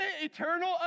eternal